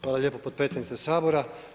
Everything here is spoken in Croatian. Hvala lijepo potpredsjednice Sabora.